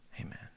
Amen